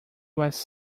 was